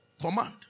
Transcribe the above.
Command